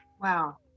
wow